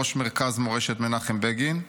ראש מרכז מורשת מנחם בגין.